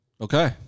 Okay